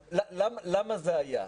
למה זה היה?